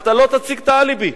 לא תציג את האליבי,